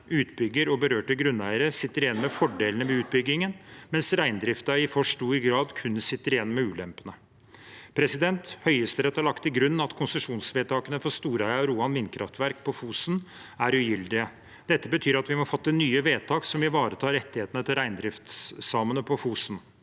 utbygger og berørte grunneiere sitter igjen med fordelene ved utbyggingen, mens reindriften i for stor grad kun sitter igjen med ulempene. Høyesterett har lagt til grunn at konsesjonsvedtakene for Storheia og Roan vindkraftverk på Fosen er ugyldige. Dette betyr at vi må fatte nye vedtak som ivaretar rettighetene til reindriftssamene på Fosen.